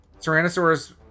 Tyrannosaurus